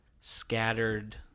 scattered